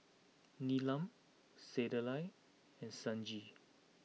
Neelam Sunderlal and Sanjeev